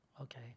Okay